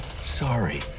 sorry